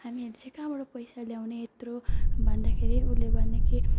हामीहरू चाहिँ कहाँबाट पैसा ल्याउने यत्रो भन्दाखेरि उसले भने कि